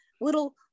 little